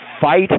fight